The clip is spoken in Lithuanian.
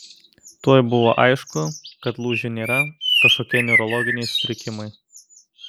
tuoj buvo aišku kad lūžių nėra kažkokie neurologiniai sutrikimai